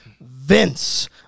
Vince